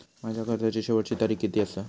माझ्या कर्जाची शेवटची तारीख किती आसा?